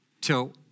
till